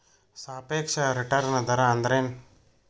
ಸಾಪೇಕ್ಷ ರಿಟರ್ನ್ ದರ ಅಂದ್ರೆನ್